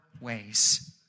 ways